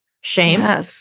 Shame